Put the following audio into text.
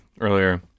earlier